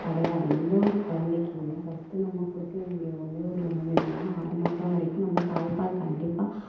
கிடையாது எந்த ஒரு குழந்தைக்குமே ஃபஸ்ட்டு நம்ம கொடுக்கவேண்டிய ஒரே ஒரு உணவு எதுன்னா ஆறு மாதம் வரைக்கும் நம்ம தாய்ப்பால் கண்டிப்பாக